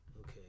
Okay